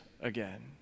again